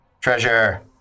Treasure